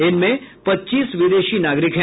इनमें पच्चीस विदेशी नागरिक हैं